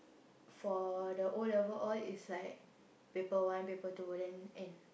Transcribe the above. for the O-level all is like paper one paper two then end